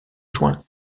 juin